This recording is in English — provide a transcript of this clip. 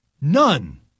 None